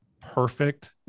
perfect